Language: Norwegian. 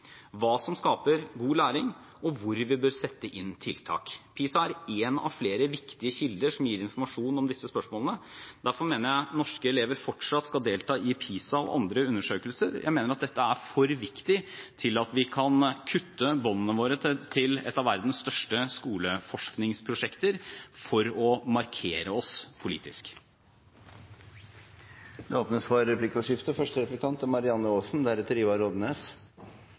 hva som skaper god læring og hvor vi bør sette inn tiltak. PISA er én av flere viktige kilder som gir informasjon om disse spørsmålene, og derfor mener jeg at norske elever fortsatt skal delta i PISA og andre undersøkelser. Jeg mener at dette er for viktig til at vi kan kutte båndene våre til et av verdens største skoleforskningsprosjekter for å markere oss politisk. Det blir replikkordskifte. Vi i Arbeiderpartiet er,